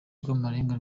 rw’amarenga